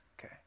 okay